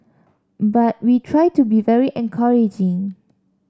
but we try to be very encouraging